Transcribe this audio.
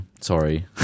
sorry